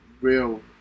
real